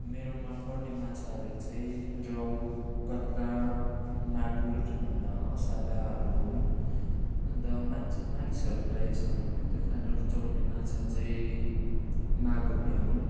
मेरो मनपर्ने माछाहरू चाहिँ रोहु कत्ला मागुर अन्त असलाहरू हुन् अन्त मान्छे मानिसहरूलाई सामान्य त्यो खान रुचाउने माछा चाहिँ मागुर नै हुन्